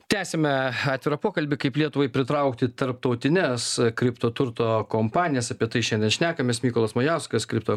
tęsiame atvirą pokalbį kaip lietuvai pritraukti tarptautines kripto turto kompanijas apie tai šiandien šnekamės mykolas majauskas kripto